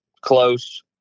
close